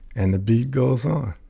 and the beat goes on